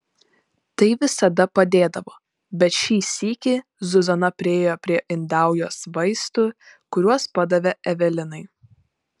tai visada padėdavo bet šį sykį zuzana priėjo prie indaujos vaistų kuriuos padavė evelinai